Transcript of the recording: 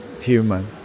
human